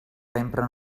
empren